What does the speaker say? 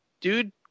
dude